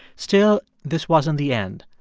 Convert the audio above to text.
still, this wasn't the end.